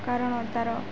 କାରଣ ତାର